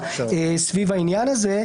עליו השלום.